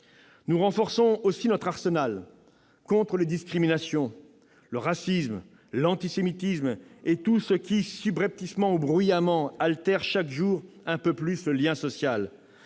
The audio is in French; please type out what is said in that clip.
Nous renforçons également notre arsenal de lutte contre les discriminations, le racisme, l'antisémitisme et tout ce qui, subrepticement ou bruyamment, altère chaque jour un peu plus le lien social.